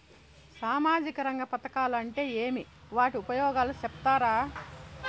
సామాజిక రంగ పథకాలు అంటే ఏమి? వాటి ఉపయోగాలు సెప్తారా?